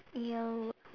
ya